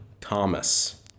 Thomas